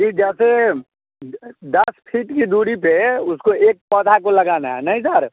जी जैसे दस फीट की दूरी पर उसको एक पौधा को लगाना है नहीं सर